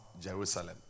Jerusalem